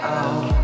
out